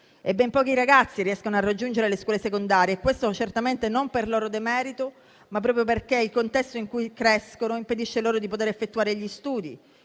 e ben pochi ragazzi riescono a raggiungere le scuole secondarie. Questo certamente non per loro demerito, ma proprio perché il contesto in cui crescono impedisce loro di poter effettuare gli studi,